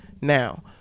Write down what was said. now